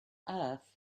earth